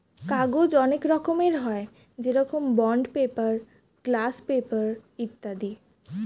কাগজ অনেক রকমের হয়, যেরকম বন্ড পেপার, গ্লাস পেপার ইত্যাদি